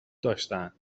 داشتند